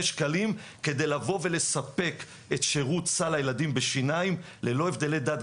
שקלים כדי לבוא ולספק את שירות סל הילדים בשיניים ללא הבדלי דת,